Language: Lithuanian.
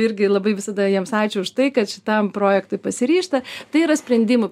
irgi labai visada jiems ačiū už tai kad šitam projektui pasiryžta tai yra sprendimų